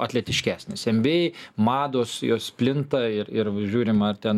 atletiškesnis nba mados jos plinta ir ir žiūrima ar ten